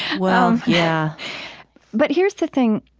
well, yeah but here's the thing.